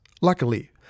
luckily